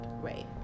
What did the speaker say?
Right